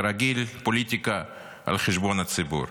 כרגיל, פוליטיקה על חשבון הציבור.